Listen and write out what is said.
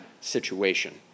situation